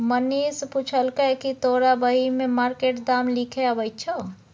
मनीष पुछलकै कि तोरा बही मे मार्केट दाम लिखे अबैत छौ